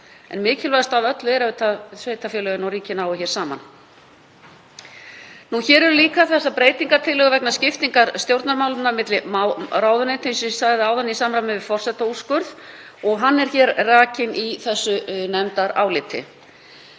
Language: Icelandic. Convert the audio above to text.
en mikilvægast af öllu er að sveitarfélögin og ríkið nái hér saman. Hér eru líka þessar breytingartillögur vegna skiptingar stjórnarmálefna milli ráðuneyta, eins og ég sagði áðan, í samræmi við forsetaúrskurð og hann er rakinn í þessu nefndaráliti.